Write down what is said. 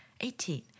Eighteen